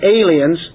aliens